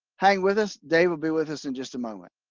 hang with us, dave will be with us in just a moment.